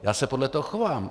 Já se podle toho chovám.